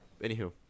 Anywho